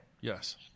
Yes